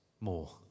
more